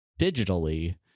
digitally